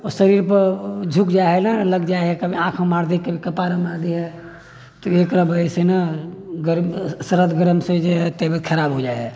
ओ शरीर पर झुक जाइ है न कभी आँख मे मार दे है कभी कपार मे मार दे है तऽ एकरा बजह से न गरम सरद गरम से तबियत खराब हो जाइ है